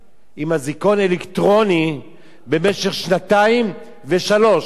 עם אזיקון אלקטרוני במשך שנתיים ושלוש שנים,